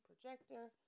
projector